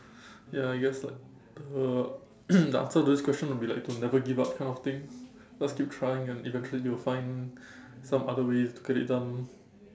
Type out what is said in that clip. ya I guess like uh the answer to this question will be like to never give up kind of thing so just keep trying and eventually you'll find some other ways to get it done